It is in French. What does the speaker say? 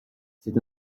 c’est